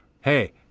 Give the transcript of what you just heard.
Hey